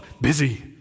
busy